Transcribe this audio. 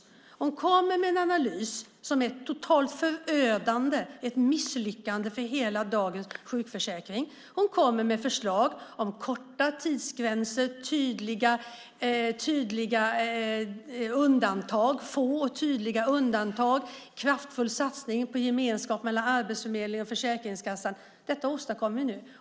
Hon gjorde en analys som var totalt förödande och visade på ett misslyckande för hela dagens sjukförsäkring. Hon kom med förslag om korta tidsgränser, få och tydliga undantag och kraftfull satsning på gemenskap mellan Arbetsförmedlingen och Försäkringskassan. Detta åstadkommer vi nu.